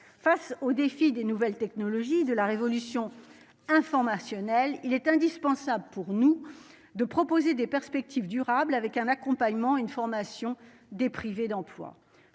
face aux défis des nouvelles technologies de la révolution informationnelle, il est indispensable pour nous de proposer des perspectives durables avec un accompagnement, une formation des privés d'emploi